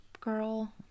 girl